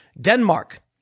Denmark